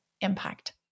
impact